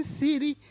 city